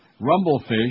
Rumblefish